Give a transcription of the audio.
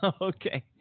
Okay